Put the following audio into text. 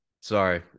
sorry